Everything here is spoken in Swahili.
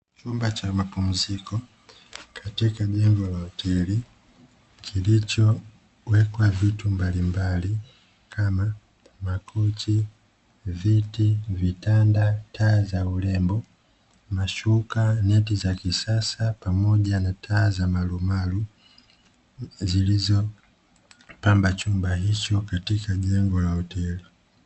Chumba cha mapumziko, katika jengo la hoteli kilichowekwa vitu mbalimbali kama; makochi, viti, vitanda, taa za urembo, mashuka, neti za kisasa pamoja na taa za marumaru zilizo pamba chumba hicho katika jengo la hoteli.